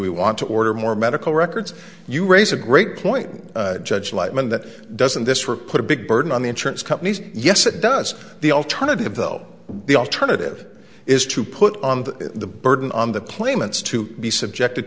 we want to order more medical records you raise a great point judge lightman that doesn't this were put a big burden on the insurance companies yes it does the alternative though the alternative is to put on the the burden on the claimants to be subjected